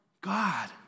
God